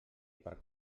per